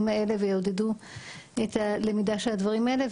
האלה בתוך ההתמחויות ויעודדו את הלמידה של הדברים האלה,